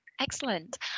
excellent